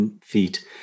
feet